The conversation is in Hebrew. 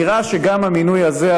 נראה שגם המינוי הזה,